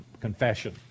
confession